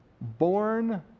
born